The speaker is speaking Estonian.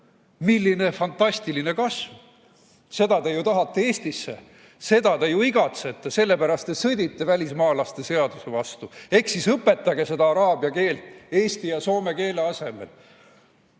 Milline fantastiline kasv! Seda te ju tahate Eestisse, seda te ju igatsete, selle pärast te sõdite välismaalaste seaduse vastu. Eks siis õpetage seda araabia keelt eesti ja soome keele asemel!